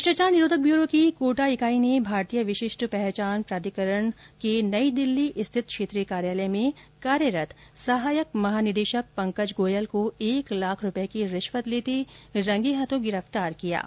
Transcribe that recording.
भ्रष्टाचार निरोधक ब्यूरो की कोटा इकाई ने भारतीय विशिष्ट पहचान प्राधिकरण के नई दिल्ली स्थित क्षेत्रीय कार्यालय में कार्यरत सहायक महानिदेशक पंकज गोयल को एक लाख रूपये की रिश्वत लेते रंगे हाथों गिरफ्तार किया है